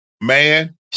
Man